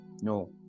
no